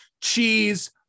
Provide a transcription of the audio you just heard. cheese